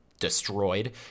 destroyed